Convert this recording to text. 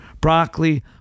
broccoli